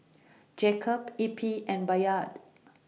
Jacob Eppie and Bayard